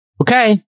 okay